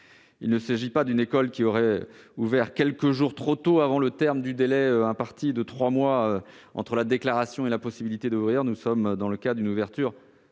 là du cas d'une école qui aurait ouvert quelques jours trop tôt avant le terme du délai de trois mois entre la déclaration et la possibilité d'ouvrir. Il s'agit du cas d'une ouverture